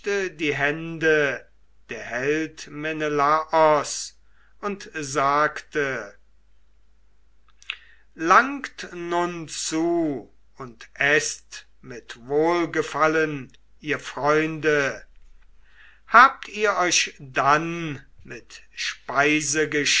die hände der held menelaos und sagte langt nun zu und eßt mit wohlgefallen ihr freunde habt ihr euch dann mit